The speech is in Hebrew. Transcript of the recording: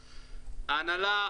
ההנהלה,